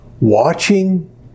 watching